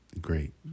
Great